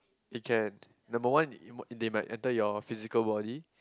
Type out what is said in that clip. it can the moment number one they might enter your physical body